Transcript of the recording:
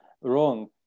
wrong